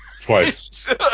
Twice